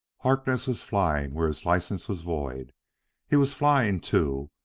harkness was flying where his license was void he was flying, too,